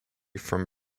from